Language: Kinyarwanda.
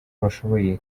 bashoboye